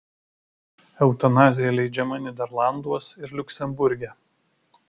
eutanazija leidžiama nyderlanduos ir liuksemburge